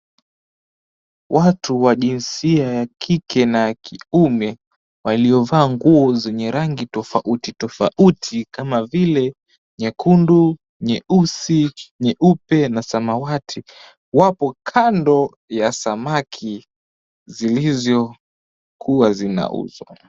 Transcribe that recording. Watu wa jinsia ya kike na ya kiume, waliovaa nguo zenye rangi tofauti tofauti, kama vile nyekundu, nyeusi, nyeupe na samawati, wapo kando ya samaki zilizo kuwa zinauzwa.